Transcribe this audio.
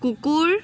কুকুৰ